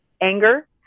anger